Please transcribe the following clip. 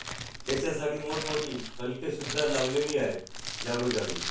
त्याच्यासाठी मोठमोठे फलकसुद्धा लावलेले आहेत जागोजागी